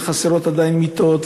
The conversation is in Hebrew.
וחסרות עדיין מיטות,